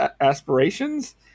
aspirations